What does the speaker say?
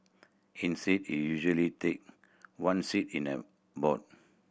instead it usually take one seat in their board